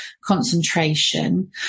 concentration